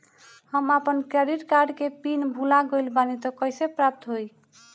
हम आपन credit card के पिन भुला गइल बानी त कइसे प्राप्त होई?